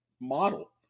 model